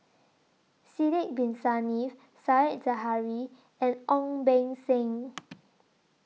Sidek Bin Saniff Said Zahari and Ong Beng Seng